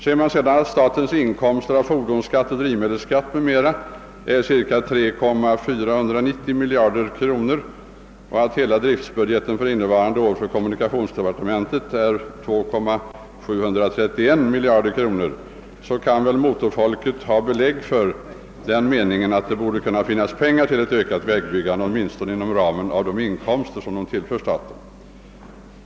Med kännedom om att statens inkomster av fordonsskatt och drivmedelsskatt är cirka 3 490 miljoner kronor och att hela driftbudgeten för innevarande år för kommunikationsdepartementet är 2 731 miljoner kronor kan motorfolket anses ha belägg för åsikten, att det borde finnas pengar till ett ökat vägbyggande inom ramen för de inkomster som tillförs staten.